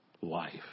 life